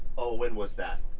oh when was that,